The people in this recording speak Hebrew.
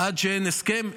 שעד שאין הסכם,